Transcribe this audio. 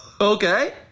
Okay